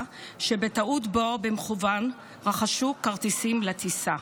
כשבטעות או במכוון רכשו כרטיסים לטיסה.